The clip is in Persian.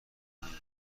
نمیشیم